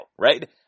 right